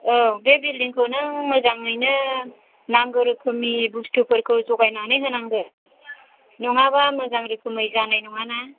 औ बे बिल्डिंखौनो मोजाङैनो नांगौ रोखोमनि बुस्थुफोरखौ जगायनानै होनांगोन नङाबा मोजां रोखोमै जानाय नङाना